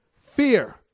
fear